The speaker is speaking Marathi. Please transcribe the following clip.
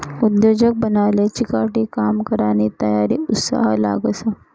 उद्योजक बनाले चिकाटी, काम करानी तयारी, उत्साह लागस